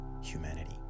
humanity